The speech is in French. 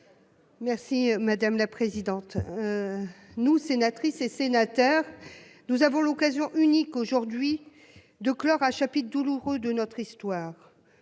Merci madame la présidente. Nous sénatrices et sénateurs. Nous avons l'occasion unique aujourd'hui de clore un chapitre douloureux de notre histoire.